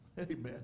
amen